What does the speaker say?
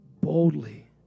boldly